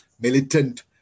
militant